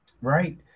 Right